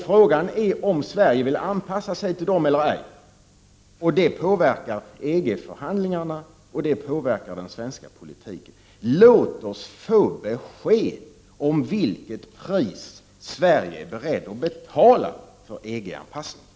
Frågan är om Sverige vill anpassa sig till dessa regler eller ej. Det påverkar EG-förhandlingarna, och det påverkar den svenska politiken. Låt oss få ett besked om vilket pris Sverige är berett att betala för EG-anpassningen.